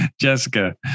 jessica